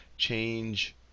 Change